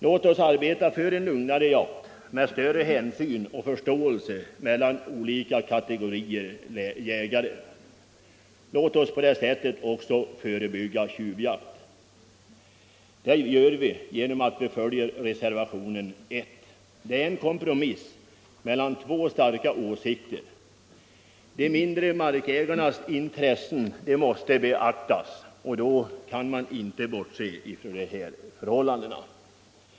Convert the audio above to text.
Låt oss arbeta för en lugnare jakt med större hänsyn och förståelse mellan olika kategorier jägare. Låt oss på det sättet också förebygga tjuvjakt. Det gör vi genom att följa reservationen 1, som innebär en kompromiss mellan två starka åsikter. De mindre markägarnas intressen måste beaktas, och då kan man inte bortse från de här förhållandena.